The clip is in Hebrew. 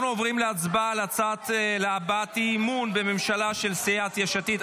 אנחנו עוברים להצבעה על ההצעה להבעת אי-אמון בממשלה של סיעת יש עתיד.